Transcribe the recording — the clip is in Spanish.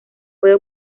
puede